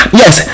yes